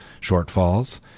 shortfalls